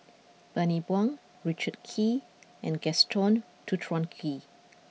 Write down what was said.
Bani Buang Richard Kee and Gaston Dutronquoy